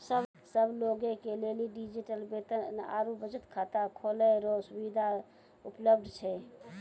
सब लोगे के लेली डिजिटल वेतन आरू बचत खाता खोलै रो सुविधा उपलब्ध छै